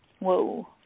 Whoa